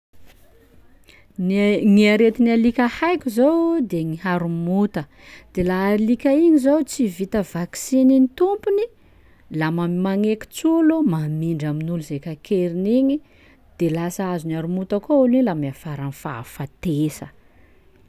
Ny- gny aretin'ny alika haiko zao de gny harimonta, de laha alika iny zao tsy vita vaksinin'ny tompony la ma- magnekitsy olo mamindra amin'olo zay kakeriny igny de lasa azon'ny haromonta koa olo i la miafara amy fahafatesa.